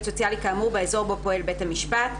סוציאלי כאמור באזור בו פועל בית המשפט".